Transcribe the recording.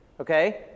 Okay